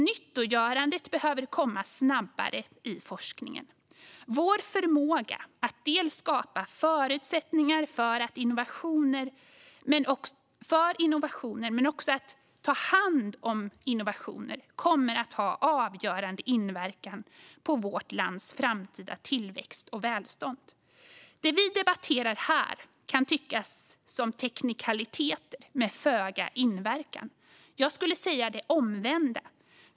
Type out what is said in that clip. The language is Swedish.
Nyttiggörandet behöver komma snabbare i forskningen. Vår förmåga att dels skapa förutsättningar för innovationer, dels ta hand om innovationer kommer att ha avgörande inverkan på vårt lands framtida tillväxt och välstånd. Det vi debatterar här kan tyckas som teknikaliteter med föga inverkan. Jag skulle säga det omvända.